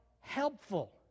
helpful